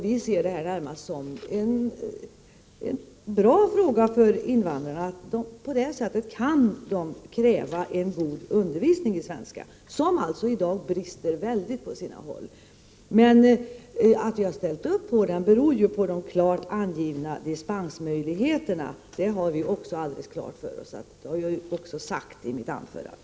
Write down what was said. Vi ser detta närmast som en bra fråga för invandrarna. På det sättet kan de kräva en god undervisning i svenska, som i dag alltså brister väldigt på sina håll. Att vi ställt upp på detta beror dock på de klart angivna dispensmöjligheterna. Det har vi alldeles klart för oss, och det har jag också sagt i mitt anförande.